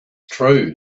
true